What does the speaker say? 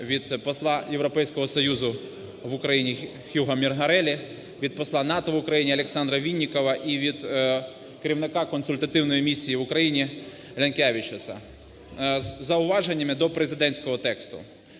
від посла Європейського Союзу в Україні Хюга Мінгареллі, від посла НАТО в Україні Александера Віннікова і від керівника Консультативної місії в Україні Лінкявічуса з зауваженнями до президентського тексту.